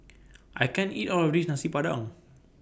I can't eat All of This Nasi Padang